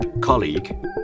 colleague